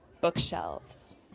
bookshelves